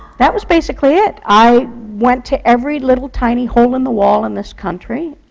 that was basically it. i went to every little tiny hole-in-the-wall in this country,